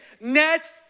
Nets